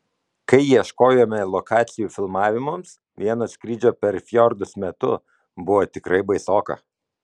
kai ieškojome lokacijų filmavimams vieno skrydžio per fjordus metu buvo tikrai baisoka